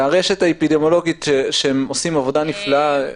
ו"הרשת האפידמיולוגית", שעושים עבודה נפלאה.